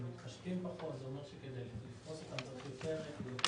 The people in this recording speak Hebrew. זה אומר כדי לתפוס אותם צריך יותר אתרים.